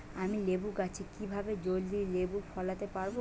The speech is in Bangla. আমি লেবু গাছে কিভাবে জলদি লেবু ফলাতে পরাবো?